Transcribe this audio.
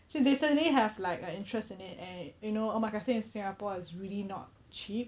she recently have like a interest in it and you know omakase in singapore is really not cheap